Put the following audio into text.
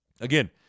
Again